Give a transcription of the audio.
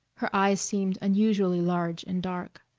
her eyes seemed unusually large and dark.